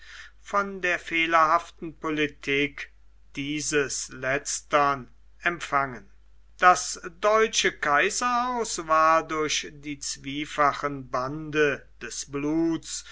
von der fehlerhaften politik dieses letztern empfangen das deutsche kaiserhaus war durch die zweifachen bande des bluts